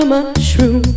Mushroom